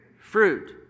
Fruit